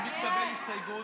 אם התקבלה הסתייגות,